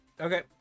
Okay